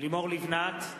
לימור לבנת,